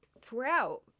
throughout